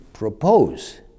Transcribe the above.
Propose